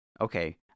Okay